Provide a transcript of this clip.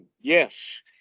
yes